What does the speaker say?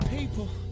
People